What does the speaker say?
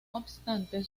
obstante